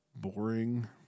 boring